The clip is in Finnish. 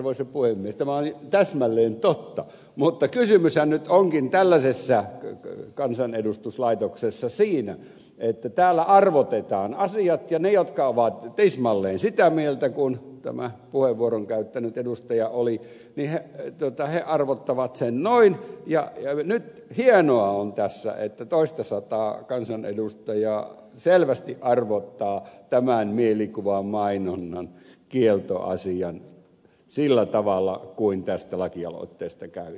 tämä on täsmälleen totta mutta kysymyshän nyt onkin tällaisessa kansanedustuslaitoksessa siitä että täällä arvotetaan asiat ja ne jotka ovat tismalleen sitä mieltä kuin tämä puheenvuoron käyttänyt edustaja oli arvottavat sen noin ja nyt hienoa on tässä että toistasataa kansanedustajaa selvästi arvottaa tämän mielikuvamainonnan kieltoasian sillä tavalla kuin tästä lakialoitteesta käy ilmi